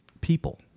people